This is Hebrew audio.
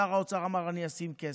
שר האוצר אמר: אני אשים כסף.